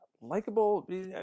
likable